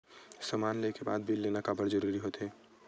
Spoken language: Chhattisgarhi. समान ले के बाद बिल लेना काबर जरूरी होथे?